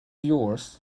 yours